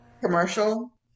commercial